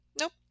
nope